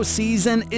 season